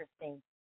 interesting